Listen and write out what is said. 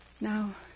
Now